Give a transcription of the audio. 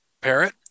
Parrot